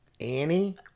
Annie